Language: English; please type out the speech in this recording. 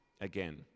again